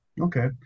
Okay